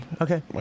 Okay